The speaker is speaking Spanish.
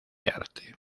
arte